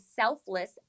selfless